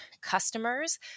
customers